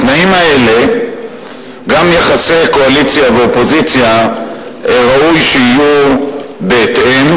בתנאים האלה גם יחסי קואליציה אופוזיציה ראוי שיהיו בהתאם,